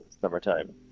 Summertime